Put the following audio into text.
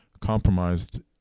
compromised